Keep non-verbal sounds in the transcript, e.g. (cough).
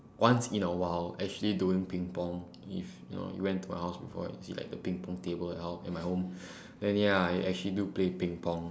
once in a while actually doing ping-pong if you know you went to my house before and see like the ping-pong table and all at my home (breath) then ya I actually do play ping-pong